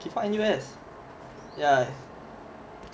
kee fong N_U_S ya